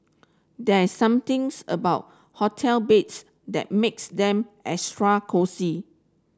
there's something's about hotel beds that makes them extra cosy